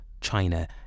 China